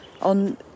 on